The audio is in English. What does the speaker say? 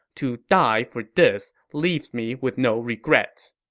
to die for this leaves me with no regrets!